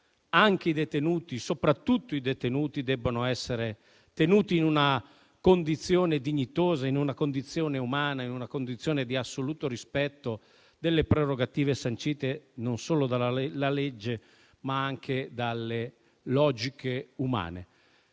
anche e soprattutto i detenuti devono essere tenuti, ossia in una condizione dignitosa, umana, in una condizione di assoluto rispetto delle prerogative sancite non solo dalla legge, ma anche dalle logiche umane.